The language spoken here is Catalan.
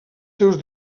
seus